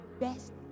best